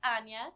Anya